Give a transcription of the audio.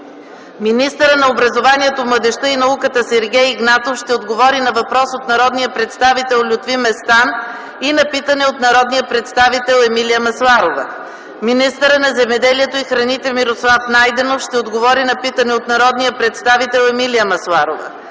Министърът на образованието, младежта и науката Сергей Игнатов ще отговори на въпрос от народния представител Лютви Местан и на питане от народния представител Емилия Масларова. Министърът на земеделието и храните Мирослав Найденов ще отговори на питане от народния представител Емилия Масларова.